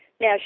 Now